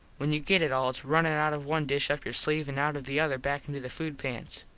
when you get it all its runnin out of one dish up your sleeve an out of the other back into the food pans.